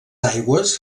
aigües